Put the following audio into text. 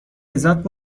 لذت